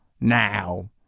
Now